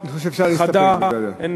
חדה.